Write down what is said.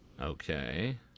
Okay